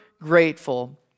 grateful